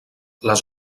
les